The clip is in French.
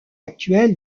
actuel